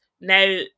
now